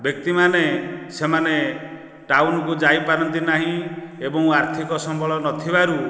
ବ୍ୟକ୍ତିମାନେ ସେମାନେ ଟାଉନକୁ ଯାଇପାରନ୍ତି ନାହିଁ ଏବଂ ଆର୍ଥିକ ସମ୍ବଳ ନଥିବାରୁ